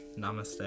Namaste